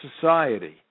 society